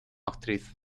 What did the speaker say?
actriz